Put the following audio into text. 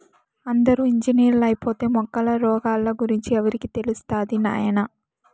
అందరూ ఇంజనీర్లైపోతే మొక్కల రోగాల గురించి ఎవరికి తెలుస్తది నాయనా